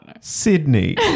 Sydney